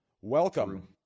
Welcome